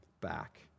back